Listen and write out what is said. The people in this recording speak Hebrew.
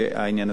תודה רבה.